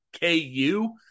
KU